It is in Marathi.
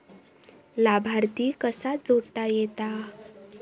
लाभार्थी कसा जोडता येता?